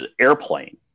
Airplane